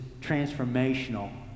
transformational